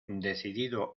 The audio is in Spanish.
decidido